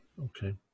Okay